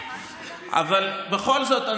בכל זאת,